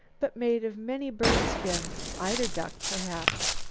but made of many bird skins, eiderduck, perhaps.